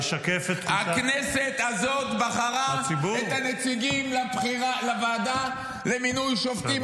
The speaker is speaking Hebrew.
הכנסת הזאת בחרה את הנציגים לוועדה למינוי שופטים.